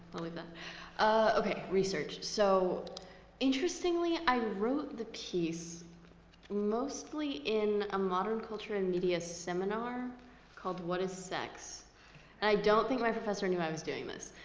i'll leave that. ok, research. so interestingly, i wrote the piece mostly in a modern culture and media seminar called what is sex? and i don't think my professor knew i was doing this.